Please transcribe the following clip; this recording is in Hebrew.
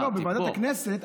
לא, בוועדת הכנסת.